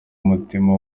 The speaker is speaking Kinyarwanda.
umutima